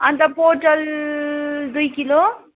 अन्त पोटल दुई किलो